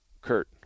Kurt